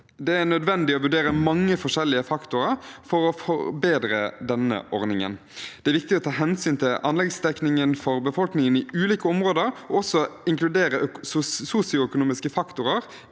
Det er nødvendig å vurdere mange forskjellige faktorer for å forbedre denne ordningen. Det er viktig å ta hensyn til anleggsdekningen for befolkningen i ulike områder og å inkludere sosioøkonomiske faktorer